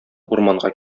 урманга